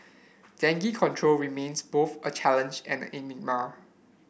dengue control remains both a challenge and a enigma